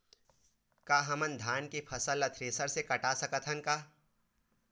का हमन धान के फसल ला थ्रेसर से काट सकथन का?